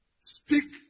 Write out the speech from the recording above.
Speak